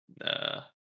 Nah